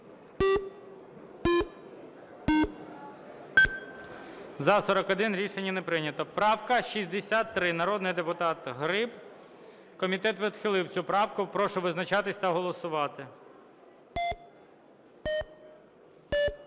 За-41 Рішення не прийнято. Правка 63, народний депутат Гриб. Комітет відхилив цю правку. Прошу визначатись та голосувати.